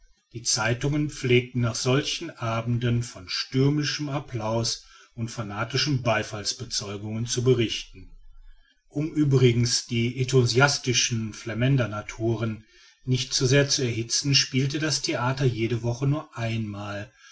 die zeitungen pflegten nach solchen abenden von stürmischem applaus und fanatischen beifallsbezeugungen zu berichten um übrigens die enthusiastischen flamänder naturen nicht zu sehr zu erhitzen spielte das theater jede woche nur ein